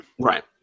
Right